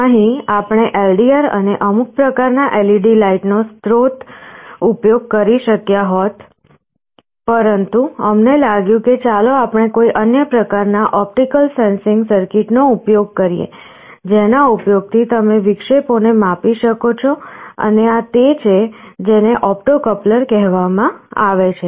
અહીં આપણે LDR અને અમુક પ્રકારના LED લાઇટનો સ્રોત ઉપયોગ કરી શક્યા હોત પરંતુ અમને લાગ્યું કે ચાલો આપણે કોઈ અન્ય પ્રકારના ઓપ્ટિકલ સેન્સિંગ સર્કિટનો ઉપયોગ કરીએ જેના ઉપયોગથી તમે વિક્ષેપોને માપી શકો અને આ તે છે જેને ઓપ્ટો કપ્લર કહેવામાં આવે છે